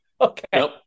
Okay